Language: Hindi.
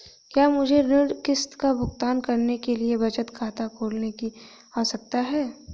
क्या मुझे ऋण किश्त का भुगतान करने के लिए बचत खाता खोलने की आवश्यकता है?